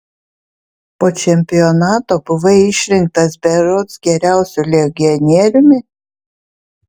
po čempionato buvai išrinktas berods geriausiu legionieriumi